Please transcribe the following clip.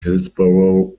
hillsborough